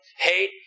hate